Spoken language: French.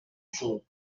chose